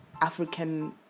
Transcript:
African